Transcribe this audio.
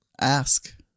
Ask